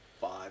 five